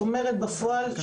אבל אני אומרת שבפועל,